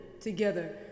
together